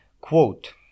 Quote